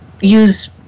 use